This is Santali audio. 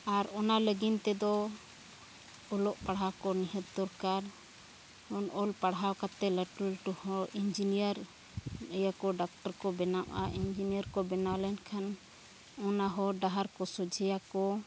ᱟᱨ ᱚᱱᱟ ᱞᱟᱹᱜᱤᱫ ᱛᱮᱫᱚ ᱚᱞᱚᱜ ᱯᱟᱲᱦᱟᱜ ᱠᱚ ᱱᱤᱦᱟᱹᱛ ᱫᱚᱨᱠᱟᱨ ᱚᱞ ᱯᱟᱲᱦᱟᱣ ᱠᱟᱛᱮᱫ ᱞᱟᱹᱴᱩ ᱞᱟᱹᱴᱩ ᱦᱚᱲ ᱤᱧᱡᱤᱱᱤᱭᱟᱨ ᱤᱭᱟᱹ ᱠᱚ ᱰᱟᱠᱛᱚᱨ ᱠᱚ ᱵᱮᱱᱟᱜᱼᱟ ᱤᱧᱡᱤᱱᱤᱭᱟᱨ ᱠᱚ ᱵᱮᱱᱟᱣ ᱞᱮᱱᱠᱷᱟᱱ ᱚᱱᱟ ᱦᱚᱨ ᱰᱟᱦᱟᱨ ᱠᱚ ᱥᱚᱡᱷᱮᱭᱟᱠᱚ